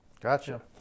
Gotcha